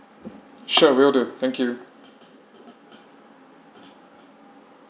sure will do thank you